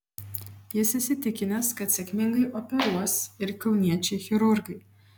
jis įsitikinęs kad sėkmingai operuos ir kauniečiai chirurgai